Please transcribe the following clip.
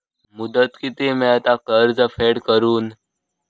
मुदत किती मेळता कर्ज फेड करून?